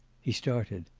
he started.